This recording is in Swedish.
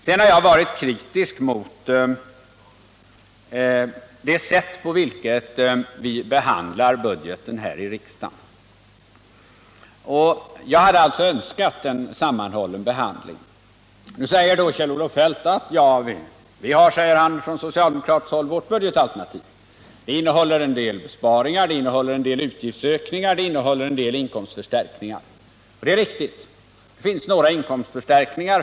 Sedan har jag varit kritisk mot det sätt på vilket vi behandlar budgeten här i riksdagen — jag hade alltså önskat en sammanhållen behandling. Nu säger Kjell-Olof Feldt: Vi har från socialdemokratiskt håll vårt budgetalternativ, och det innehåller en del besparingar, en del utgiftsökningar och en del inkomstförstärkningar. Det är riktigt, det finns några inkomstförstärkningar.